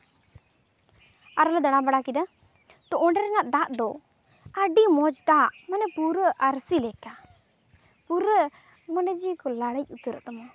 ᱟᱨᱦᱚᱸᱞᱮ ᱫᱟᱬᱟᱵᱟᱲᱟ ᱠᱮᱫᱟ ᱛᱚ ᱚᱸᱰᱮ ᱨᱮᱱᱟᱜ ᱫᱟᱜ ᱫᱚ ᱟᱹᱰᱤ ᱢᱚᱡᱽ ᱫᱟᱜ ᱢᱟᱱᱮ ᱯᱩᱨᱟᱹ ᱟᱨᱥᱤ ᱞᱮᱠᱟ ᱯᱩᱨᱟᱹ ᱢᱚᱱᱮ ᱡᱤᱱᱤ ᱠᱚ ᱞᱟᱲᱮᱡ ᱩᱛᱟᱹᱨᱚᱜ ᱛᱟᱢᱟ